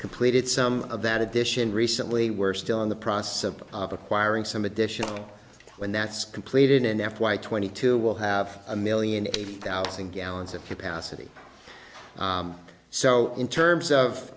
completed some of that edition recently we're still in the process of acquiring some additional one that's completed in f y twenty two will have a million eighty thousand gallons of capacity so in terms